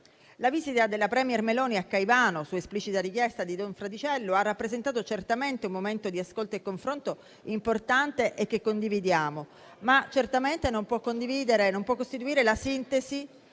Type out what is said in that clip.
La visita della *premier* Meloni a Caivano, su esplicita richiesta di don Patriciello, ha rappresentato certamente un momento di ascolto e confronto importante e che condividiamo, ma certamente non può costituire la sintesi